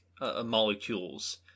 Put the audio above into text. molecules